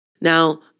Now